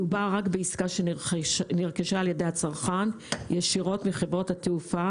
מדובר רק בעסקה שנרכשה על ידי הצרכן ישירות מחברות התעופה